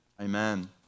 amen